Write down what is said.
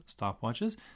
stopwatches